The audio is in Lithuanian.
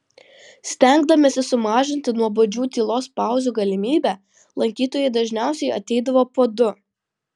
stengdamiesi sumažinti nuobodžių tylos pauzių galimybę lankytojai dažniausiai ateidavo po du